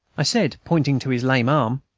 i said, pointing to his lame arm,